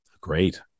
great